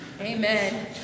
amen